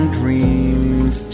dreams